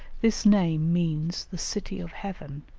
this name means the city of heaven,